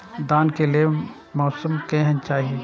धान के लेल मौसम केहन चाहि?